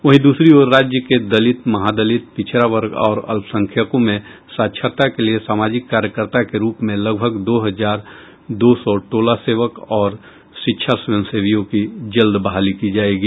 वहीं दूसरी ओर राज्य के दलित महादलित पिछड़ा वर्ग और अल्पसंख्यकों में साक्षरता के लिये सामाजिक कार्यकर्ता के रूप में लगभग दो हजार दो सौ टोला सेवक और शिक्षा स्वयं सेवियों की जल्द बहाली की जायेगी